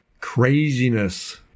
Craziness